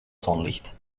zonlicht